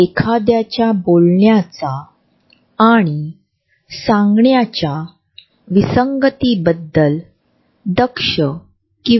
एखाद्या गटामध्ये किंवा समुहामध्ये आपण इतर लोकांप्रती असलेला आपला दृष्टीकोन देखील कोणत्या गटाच्या सदस्यासह आम्ही अधिक आरामदायक आहोत हे प्रदर्शित करतो